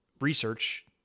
research